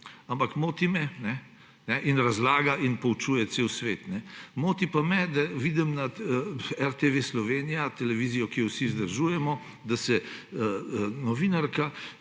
osnovno šolo in razlaga in poučuje cel svet. Moti pa me, da vidim na RTV Slovenija – na televiziji, ki jo vsi vzdržujemo –, da novinarka